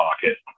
pocket